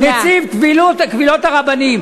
שיעשה נציב קבילות הרבנים.